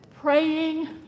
praying